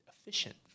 efficient